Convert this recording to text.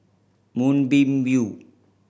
Moonbeam View